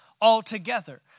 altogether